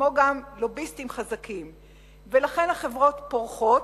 וגם לוביסטים חזקים, ולכן החברות פורחות,